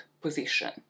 position